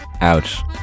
ouch